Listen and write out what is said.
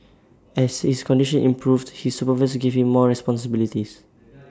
as his condition improved his supervisors gave him more responsibilities